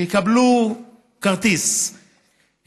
שיקבלו כרטיס,